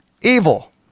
Evil